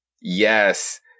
Yes